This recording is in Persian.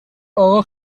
آقا